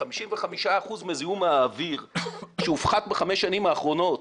55 אחוזים מזיהום האוויר שהופחת בחמש השנים האחרונות,